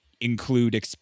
include